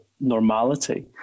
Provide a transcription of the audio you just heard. normality